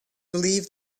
believe